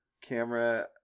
camera